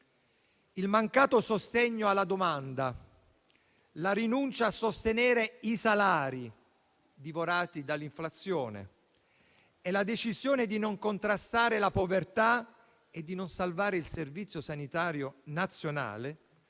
Il mancato sostegno alla domanda, la rinuncia a sostenere i salari divorati dall'inflazione e la decisione di non contrastare la povertà e non salvare il Servizio sanitario nazionale